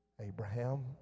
Abraham